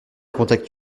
contacts